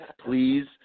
please